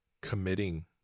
committing